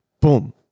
Boom